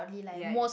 ya ya